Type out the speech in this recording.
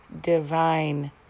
divine